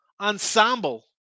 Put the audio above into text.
ensemble